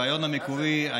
הרעיון המקורי,